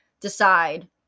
decide